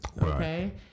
Okay